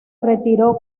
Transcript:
retiró